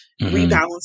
rebalance